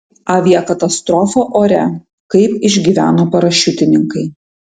aviakatastrofa ore kaip išgyveno parašiutininkai